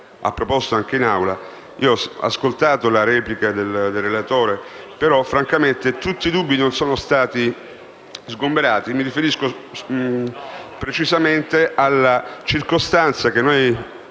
proposto anche in Assemblea. Ho ascoltato la replica del relatore, ma francamente tutti i dubbi non sono stati sgombrati. Mi riferisco precisamente alla circostanza che noi